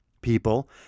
people